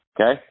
Okay